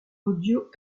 audio